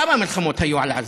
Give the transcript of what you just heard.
כמה מלחמות היו על עזה?